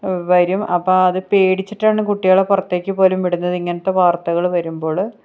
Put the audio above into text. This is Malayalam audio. വരും അപ്പം അത് പേടിച്ചിട്ടാണ് കുട്ടികളെ പുറത്തേക്ക് പോലും വിടുന്നത് ഇങ്ങനത്തെ വാർത്തകൾ വരുമ്പോൾ